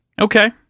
Okay